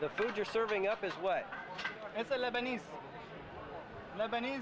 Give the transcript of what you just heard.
the food you're serving up is what the lebanese lebanese